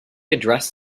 address